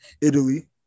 Italy